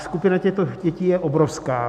Skupina těchto dětí je obrovská.